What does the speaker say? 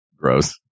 Gross